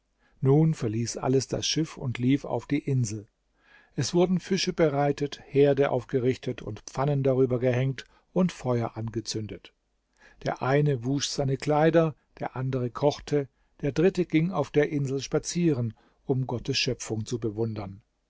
nun verließ alles das schiff und lief auf die insel es wurden fische bereitet herde aufgerichtet und pfannen darüber gehängt und feuer angezündet der eine wusch seine kleider der andere kochte der dritte ging auf der insel spazieren um gottes schöpfung zu bewundern